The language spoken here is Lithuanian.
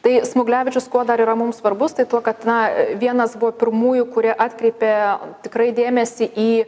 tai smuglevičius kuo dar yra mums svarbus tai tuo kad na vienas buvo pirmųjų kurie atkreipė tikrai dėmesį į